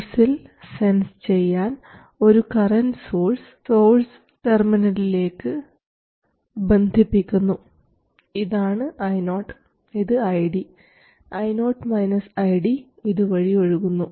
സോഴ്സിൽ സെൻസ് ചെയ്യാൻ ഒരു കറൻറ് സോഴ്സ് സോഴ്സ് ടെർമിനലിലേക്ക് ബന്ധിപ്പിക്കുന്നു ഇതാണ് Io ഇത് ID Io ID ഇതുവഴി ഒഴുകുന്നു